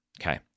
okay